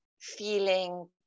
feeling